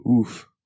Oof